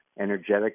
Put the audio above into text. energetic